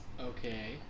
Okay